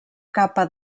capa